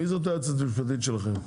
מי זאת היועצת המשפטית שלכם?